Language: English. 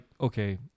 okay